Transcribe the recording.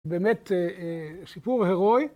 באמת סיפור הרואי.